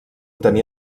tenir